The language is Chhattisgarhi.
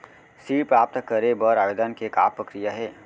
ऋण प्राप्त करे बर आवेदन के का प्रक्रिया हे?